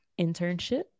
internship